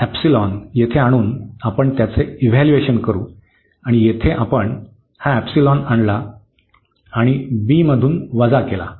हा एपसिलॉन येथे आणून आपण त्याचे इव्हॅल्यूएशन करू आणि येथे आपण हा एपसिलॉन आणला व b मधून वजा केला